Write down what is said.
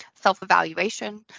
self-evaluation